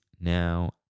now